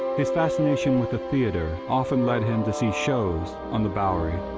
his fascination with the theatre often led him to see shows on the bowery.